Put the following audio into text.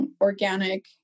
organic